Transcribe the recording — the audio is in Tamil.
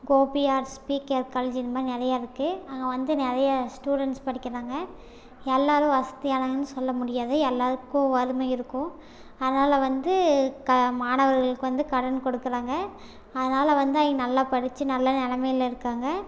கோபி ஆர்ட்ஸ் ஸ்பீக்கர் காலேஜ் இதுமாதிரி நிறைய இருக்குது அங்கே வந்து நிறைய ஸ்டுடென்ட்ஸ் படிக்கிறாங்க எல்லாரும் வசதியானவங்கனு சொல்ல முடியாது எல்லாருக்கும் வறுமை இருக்கும் அதனால் வந்து மாணவர்களுக்கு வந்து கடன் கொடுக்குறாங்க அதனால் வந்து அவங்க நல்லா படிச்சு நல்ல நிலமையில இருக்காங்க